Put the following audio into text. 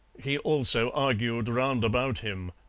he also argued round about him.